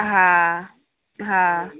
हँ हँ